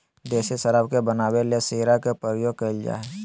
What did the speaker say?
देसी शराब के बनावे ले शीरा के प्रयोग कइल जा हइ